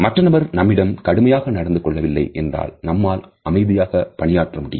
மற்ற நபர் நம்மிடம் கடுமையாக நடந்து கொள்ளவில்லை என்றால் நம்மால் அமைதியாக பணியாற்றவும் முடியும்